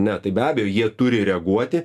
ne tai be abejo jie turi reaguoti